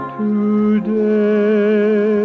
today